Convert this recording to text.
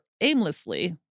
aimlessly